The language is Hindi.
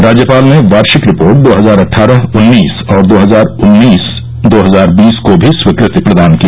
राज्यपाल ने वार्षिक रिपोर्ट दो हजार अट्ठारह उन्नीस और दो हजार उन्नीस दो हजार बीस को भी स्वीकृति प्रदान की